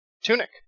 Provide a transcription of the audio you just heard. Tunic